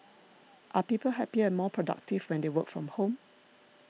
are people happier and more productive when they work from home